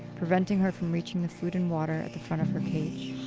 preventing her from reaching the food and water at the front of her cage,